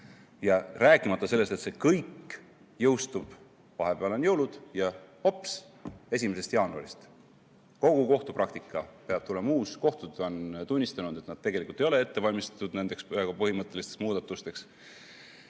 Rääkimata sellest, et see kõik jõustub – vahepeal on jõulud ja hops! –1. jaanuaril. Kogu kohtupraktika peab tulema uus. Kohtud on tunnistanud, et nad tegelikult ei ole ette valmistatud nendeks põhimõttelisteks muudatusteks.